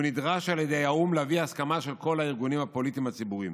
הוא נדרש על ידי האו"ם להביא הסכמה של כל הארגונים הפוליטיים הציבוריים,